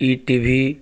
E T V